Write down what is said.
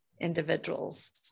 Individuals